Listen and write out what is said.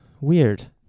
weird